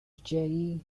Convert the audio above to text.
jerry